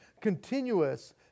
continuous